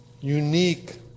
unique